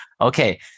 okay